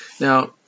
Now